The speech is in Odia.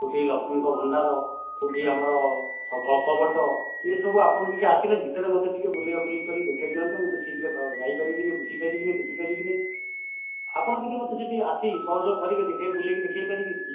କୋଉଠି ଲକ୍ଷ୍ମୀଙ୍କ ଭଣ୍ଡାର କୋଉଠି ଆମର କଳ୍ପବଟ ଏସବୁ ଆପଣ ଟିକେ ଆସିଲେ ଭିତରେ ମୋତେ ଟିକେ ବୁଲାବୁଲି କରି ଦେଖଇ ଦିଅନ୍ତେ ମୁଁ ଠିକ୍ ରେ ଯାଇପାରିବିନି ବୁଝିପାରିବିନି ଦେଖିପାରିବିନି ଆପଣ ଟିକେ ମୋତେ ସେଠି ଆସି ସହଯୋଗ କରିବେ ବୁଲେଇକି ଦେଖେଇ ପାରିବେକି